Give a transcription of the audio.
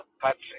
Patrick